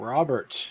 Robert